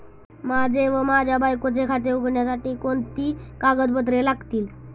माझे व माझ्या बायकोचे खाते उघडण्यासाठी कोणती कागदपत्रे लागतील?